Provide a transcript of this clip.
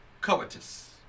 covetous